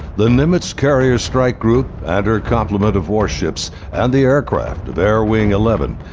the nimitz carrier strike group and her compliment of warships and the aircraft of air wing eleven,